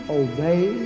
obey